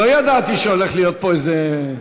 לא ידעתי שהולך להיות פה איזה,